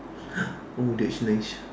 oh that's nice